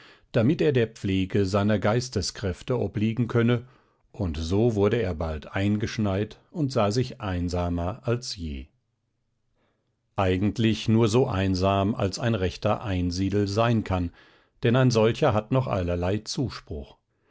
damit er der pflege seiner geisteskräfte obliegen könne und so wurde er bald eingeschneit und sah sich einsamer als je eigentlich nur so einsam als ein rechter einsiedel sein kann denn ein solcher hat noch allerlei zuspruch